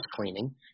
cleaning